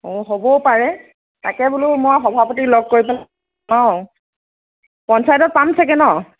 অ হ'বও পাৰে তাকে বোলো মই সভাপতিক লগ কৰি পেলাই অ পঞ্চায়তত পাম চাগে ন'